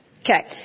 Okay